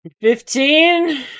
Fifteen